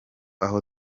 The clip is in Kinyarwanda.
aho